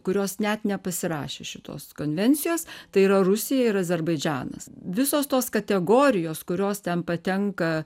kurios net nepasirašė šitos konvencijos tai yra rusija ir azerbaidžanas visos tos kategorijos kurios ten patenka